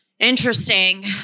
Interesting